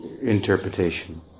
interpretation